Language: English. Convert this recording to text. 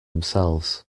themselves